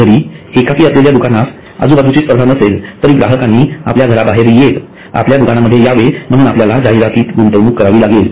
जरी एकाकी असलेल्या दुकानास आजूबाजूची स्पर्धा नसेल तरी ग्राहकांनी आपल्या घराबाहेर येत आपल्या दुकानांमध्ये यावे म्हणून आपल्याला जाहिरातीत गुंतवणूक करावी लागेल